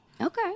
Okay